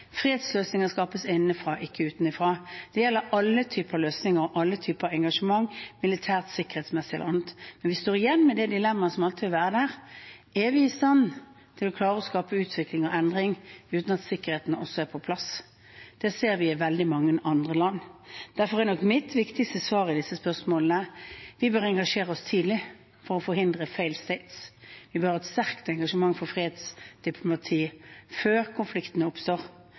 skapes innenfra. Fredsløsninger skapes innenfra, ikke utenfra. Det gjelder alle typer løsninger og alle typer engasjement, militært, sikkerhetsmessig eller annet. Men vi står igjen med det dilemmaet som alltid vil være der: Er vi i stand til å klare å skape utvikling og endring uten at sikkerheten også er på plass? Det ser vi i veldig mange andre land. Derfor er nok mitt viktigste svar i disse spørsmålene at vi bør engasjere oss tidlig for å forhindre «failed states». Vi bør ha et sterkt engasjement for fredsdiplomati før konfliktene oppstår,